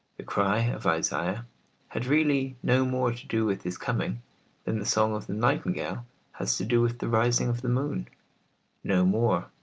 the cry of isaiah had really no more to do with his coming than the song of the nightingale has to do with the rising of the moon no more,